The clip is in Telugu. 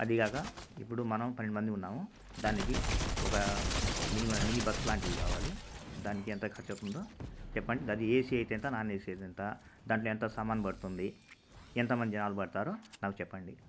అదిగాక ఇప్పుడు మనం పన్నెండు మంది ఉన్నాము దానికి ఒక మినిమం మినీ బస్ లాంటిది కావాలి దానికి ఎంత ఖర్చు అవుతుందో చెప్పండి అది ఏసీ అయితే ఎంత నాన్ ఏసీ అయితే ఎంత దాంట్లో ఎంత సామాను పడుతుంది ఎంత మంది జనాలు పడతారు నాకు చెప్పండి